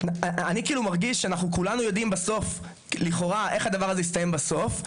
אני כאילו מרגיש שאנחנו כולנו יודעים איך הדבר יסתיים בסוף לכאורה,